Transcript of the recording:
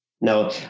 no